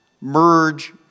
merge